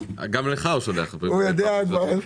על היוזמה הזאת.